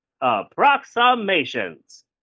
Approximations